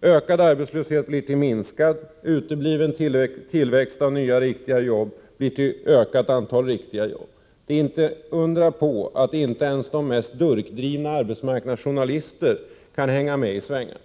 Ökad arbetslöshet blir till minskad, utebliven tillväxt av nya riktiga jobb blir till ökat antal riktiga jobb. Det är inte att undra på att inte ens de mest durkdrivna arbetsmarknadsjournalister kan hänga med i svängarna.